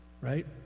right